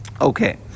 Okay